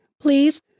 please